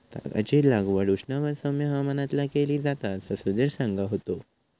तागाची लागवड उष्ण व सौम्य हवामानात केली जाता असा सुधीर सांगा होतो